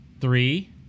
three